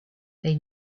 they